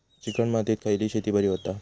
Chicken मातीत खयली शेती बरी होता?